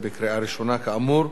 כאמור.